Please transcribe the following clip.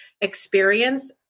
experience